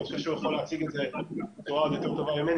הוא יכול להציג את זה בצורה יותר טובה ממני,